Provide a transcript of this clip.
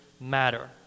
matter